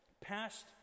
Past